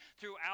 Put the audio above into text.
throughout